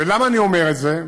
ולמה אני אומר את זה,